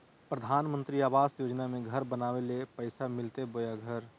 प्रधानमंत्री आवास योजना में घर बनावे ले पैसा मिलते बोया घर?